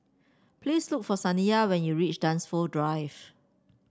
please look for Saniyah when you reach Dunsfold Drive